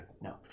No